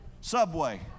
Subway